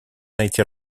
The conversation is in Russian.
найти